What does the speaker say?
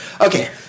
Okay